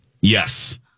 Yes